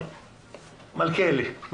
מלכיאלי,